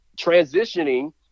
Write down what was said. transitioning